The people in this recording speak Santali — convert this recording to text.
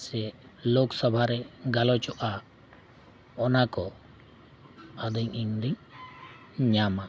ᱥᱮ ᱞᱳᱠᱥᱚᱵᱷᱟᱨᱮ ᱜᱟᱞᱚᱪᱚᱜᱼᱟ ᱚᱱᱟ ᱠᱚ ᱟᱫᱚᱧ ᱤᱧᱫᱩᱧ ᱧᱟᱢᱟ